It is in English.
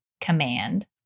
command